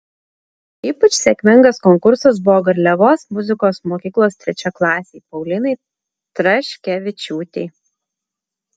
ypač sėkmingas konkursas buvo garliavos muzikos mokyklos trečiaklasei paulinai traškevičiūtei